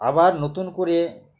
আবার নতুন করে